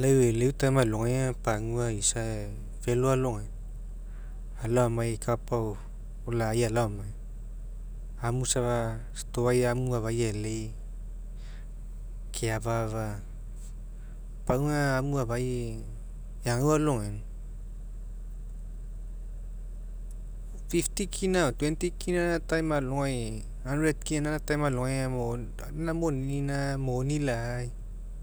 lau e'eleu time alogai aga pagua isa efelo alogaina alao amai kapa ao lai alao amai amu safa stoai amu afai e'elei fifty kina o twenty kina gaina time alogai hundred kina gain time alogai moni gaina moni lai